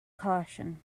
caution